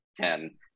ten